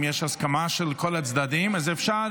אם יש הסכמה של כל הצדדים, אז אפשר.